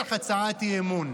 בטח הצעת אי-אמון.